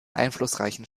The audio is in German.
einflussreichen